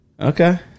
Okay